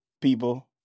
people